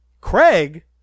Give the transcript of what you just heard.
Craig